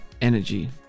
energy